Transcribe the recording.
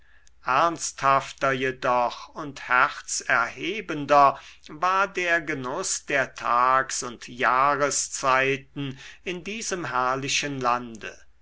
ernsthafter jedoch und herzerhebender war der genuß der tags und jahreszeiten in diesem herrlichen lande